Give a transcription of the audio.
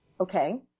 Okay